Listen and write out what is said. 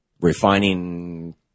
refining